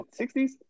60s